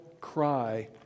cry